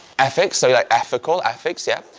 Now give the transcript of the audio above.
ethics, so like ethical, ethics yeah.